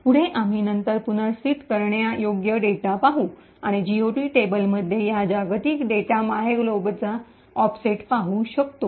पुढे आम्ही नंतर पुनर्स्थित करण्यायोग्य डेटा पाहू आणि जीओटी टेबलमध्ये या जागतिक डेटा मायग्लोबचा ऑफसेट पाहू शकतो